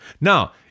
now